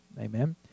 amen